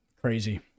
Crazy